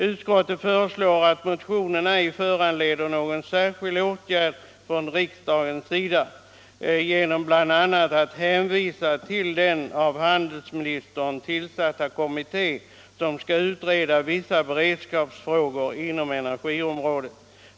Utskottet föreslår att motionen ej skall föranleda någon särskild åtgärd från riksdagens sida och hänvisar bl.a. till den av handelsministern tillsatta kommitté som skall utreda vissa beredskapsfrågor inom energiområdet.